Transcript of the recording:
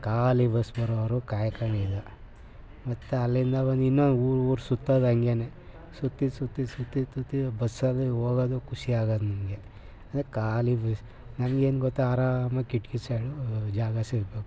ಖಾಲಿ ಬಸ್ ಬರೋವರೆಗೂ ಕಾಯ್ಕಂಡಿದ್ದು ಮತ್ತು ಅಲ್ಲಿಂದ ಬಂದು ಇನ್ನು ಊರೂರು ಸುತ್ತೋದಂಗೇನೇ ಸುತ್ತಿ ಸುತ್ತಿ ಸುತ್ತಿ ಸುತ್ತಿ ಬಸ್ಸಲ್ಲಿ ಹೋಗೋದು ಖುಷಿ ಆಗೋದು ನಮಗೆ ಅಂದರೆ ಖಾಲಿ ಬಸ್ ನಮ್ಗೇನು ಗೊತ್ತಾ ಆರಾಮಾಗಿ ಕಿಟಕಿ ಸೈಡು ಜಾಗ ಸಿಗಬೇಕು